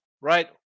right